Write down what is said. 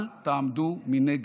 אל תעמדו מנגד.